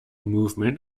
movement